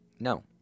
No